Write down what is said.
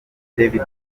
david